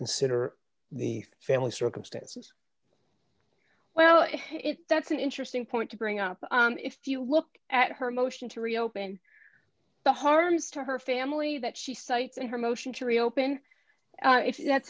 consider the family circumstances well that's an interesting point to bring up if you look at her motion to reopen the harms to her family that she cites in her motion to reopen if that's